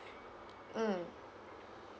mm